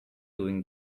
doing